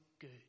good